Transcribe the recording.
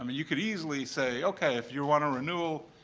um you could easily say, ok, if you want a renewal,